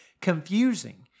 confusing